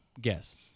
Guess